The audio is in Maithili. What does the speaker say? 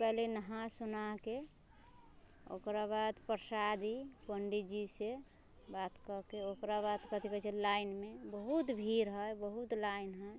पहिले नहा सोनाके ओकरा बाद परसादी पण्डितजीसँ बात कऽके ओकरा बाद कथी कहै छै लाइनमे बहुत भीड़ हय बहुत लाइन हय